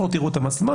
בואו תראו את המצלמות.